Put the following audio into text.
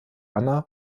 anna